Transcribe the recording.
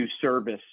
service